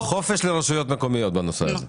חופש לרשויות המקומיות בנושא הזה.